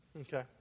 Okay